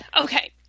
Okay